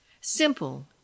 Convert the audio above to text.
simple